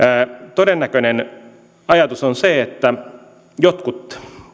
todennäköinen ajatus on se että jotkut